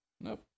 Nope